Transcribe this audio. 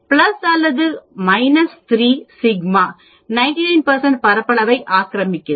அல்லது 3 σ 99 பரப்பளவை ஆக்கிரமிக்கிறது